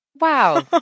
Wow